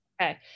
Okay